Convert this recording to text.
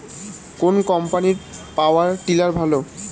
কোন কম্পানির power tiller ভালো?